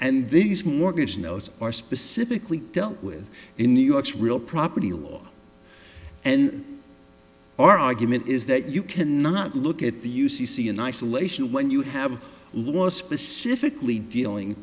and these mortgage notes are specifically dealt with in new york's real property law and our argument is that you cannot look at the u c c in isolation when you have lost specifically dealing